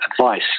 advice